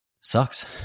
Sucks